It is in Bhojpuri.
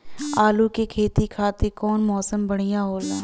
आलू के खेती खातिर कउन मौसम बढ़ियां होला?